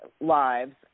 lives